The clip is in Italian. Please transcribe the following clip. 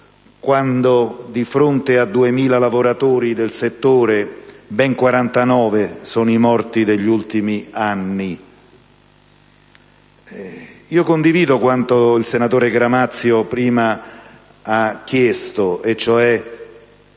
quando di fronte a 2.000 lavoratori del settore ben 49 sono stati i morti negli ultimi anni. Io condivido quanto il senatore Gramazio prima ha chiesto, cioè